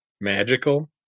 magical